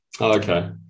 okay